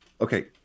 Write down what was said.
Okay